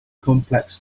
complex